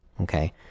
Okay